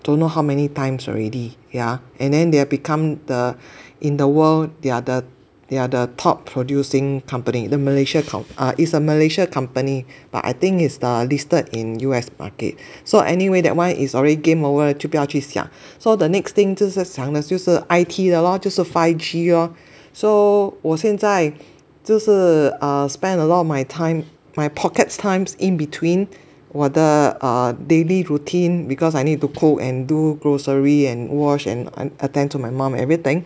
don't know how many times already yeah and then they have become the in the world they are the they are the top producing company the Malaysia com~ uh it's a Malaysia company but I think it's uh listed in U_S market so anyway that one is already game over 就不要去想 so the next thing 就是想的就是 I_T 的咯就是 five G lor so 我现在就是 err spend a lot of my time my pocket times in between 我的 err daily routine because I need to cook and do grocery and wash and err attend to my mum everything